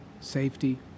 safety